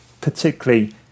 particularly